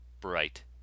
bright